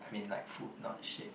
I mean like food not shit